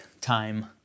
time